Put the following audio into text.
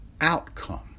outcome